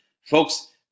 Folks